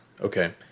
Okay